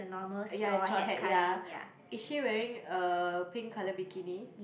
ya straw hat ya is she wearing a pink colour bikini